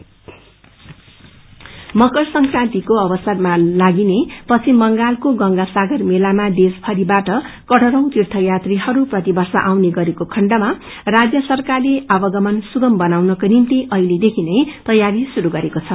गंगा सागर मकर संक्रान्तिको अवसरमा लागिने पश्चिम बंगालाको गंगासागर मेलामा देश भरिका करोंड़ौ र्तीययात्रीहरू प्रतिवर्ष आउने गरेको खण्डामा राज्य सरकारले आवागमन सुगम बनाउनको निम्ति अहिलेदेखि नै तैयारी श्रुरू गरेको छ